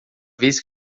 vez